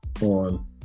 on